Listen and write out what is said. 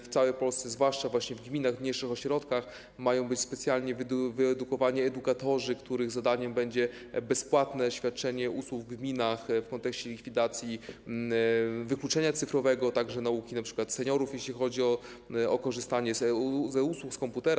W całej Polsce, zwłaszcza właśnie w gminach, w mniejszych ośrodkach, mają być specjalnie wyedukowani edukatorzy, których zadaniem będzie bezpłatne świadczenie usług w kontekście likwidacji wykluczenia cyfrowego, także nauki np. seniorów, jeśli chodzi o korzystanie z e-usług, z komputera.